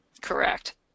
Correct